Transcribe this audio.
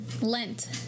Lent